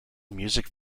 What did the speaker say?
music